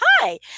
hi